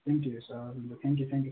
thank you sir हुन्छ thank you thank you